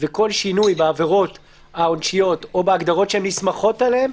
וכל שינוי בעבירות העונשיות או בהגדרות שנסמכות עליהן,